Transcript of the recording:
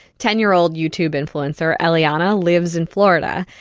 ten-year-old youtube influencer ellie ana lives in florida,